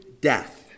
death